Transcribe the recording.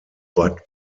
bud